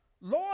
Lord